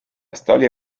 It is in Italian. storia